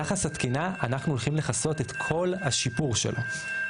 יחס התקינה אנחנו הולכים לכסות את כל השיפור שלו.